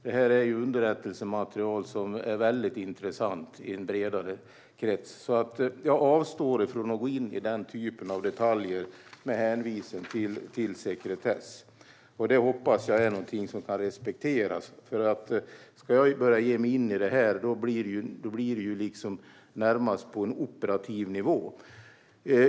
Detta är underrättelsematerial som är mycket intressant i en bredare krets. Jag avstår från att gå in i den typen av detaljer med hänvisning till sekretess. Det hoppas jag kan respekteras. Om jag ska ge mig in i detta blir det närmast på en operativ nivå.